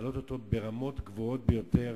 לרמות גבוהות ביותר